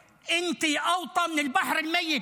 (אומר דברים בשפה הערבית,